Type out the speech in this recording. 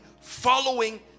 following